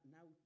Now